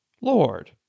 Lord